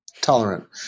tolerant